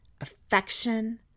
affection